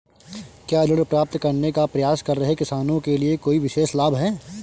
क्या ऋण प्राप्त करने का प्रयास कर रहे किसानों के लिए कोई विशेष लाभ हैं?